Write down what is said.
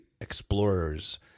Explorers